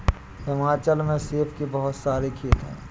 हिमाचल में सेब के बहुत सारे खेत हैं